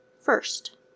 first